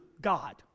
God